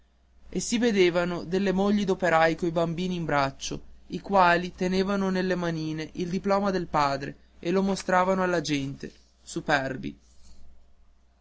e si vedevano delle mogli d'operai coi bambini in braccio i quali tenevano nelle manine il diploma del padre e lo mostravano alla gente superbi